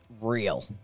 real